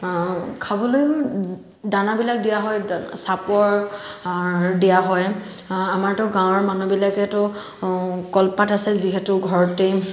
খাবলৈও দানাবিলাক দিয়া হয় দা চাপৰ দিয়া হয় আমাৰতো গাঁৱৰ মানুহবিলাকেতো কলপাত আছে যিহেতু ঘৰতে